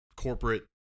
corporate